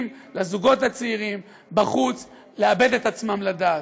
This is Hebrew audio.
לזוגות הצעירים בחוץ לאבד את עצמם לדעת.